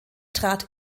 trat